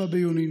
23 ביוני,